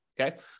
Okay